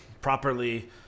properly